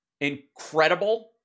incredible